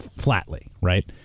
flatly, right?